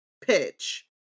pitch